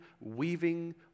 weaving